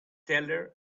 teller